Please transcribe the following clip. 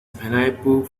pineapple